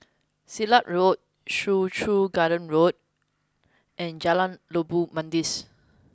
Silat Road Soo Chow Garden Road and Jalan Labu Manis